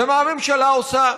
ומה הממשלה עושה?